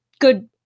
good